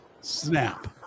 snap